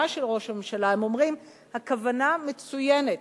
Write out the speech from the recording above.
של ראש הממשלה אומרים: הכוונה מצוינת,